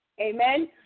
Amen